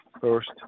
first